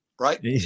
right